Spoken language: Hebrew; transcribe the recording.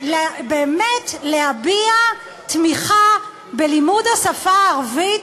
באמת להביע תמיכה בלימוד השפה הערבית,